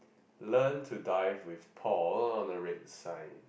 learn to dive with Paul on the red side